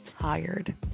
tired